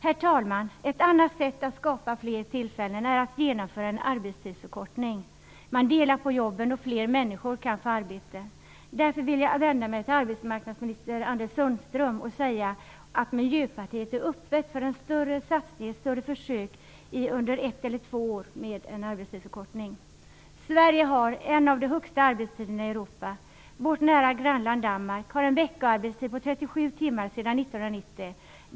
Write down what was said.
Herr talman! Ett annat sätt att skapa fler arbetstillfällen är att genomföra en arbetstidsförkortning. Man delar på jobben, och fler människor kan få arbete. Anders Sundström och säga att Miljöpartiet är öppet för ett större försök med arbetstidsförkortning under ett eller två år. Sverige har en av de längsta arbetstiderna i Europa. Vårt nära grannland Danmark har en veckoarbetstid på 37 timmar sedan 1990.